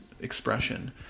expression